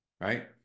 right